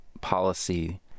policy